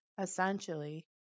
essentially